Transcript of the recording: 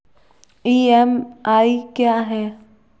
EMI क्या है?